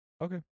Okay